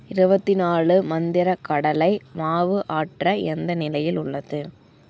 இருபத்தி நாலு மந்திரா கடலை மாவு ஆட்ரு எந்த நிலையில் உள்ளது